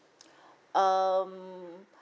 um